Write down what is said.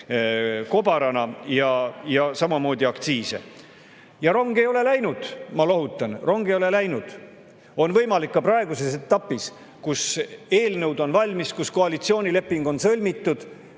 Rong ei ole läinud. Ma lohutan: rong ei ole läinud. On võimalik ka praeguses etapis, kus eelnõud on valmis, kus koalitsioonileping on sõlmitud,